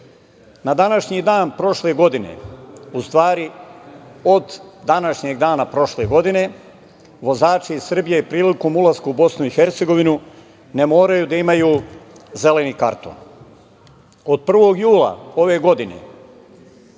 današnji dan prošle godine, u stvari od današnjeg dana prošle godine, vozači iz Srbije prilikom ulaska u BiH ne moraju da imaju zeleni karton. Od 1. jula ove godine